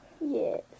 Yes